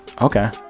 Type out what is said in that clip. Okay